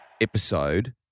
episode